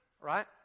right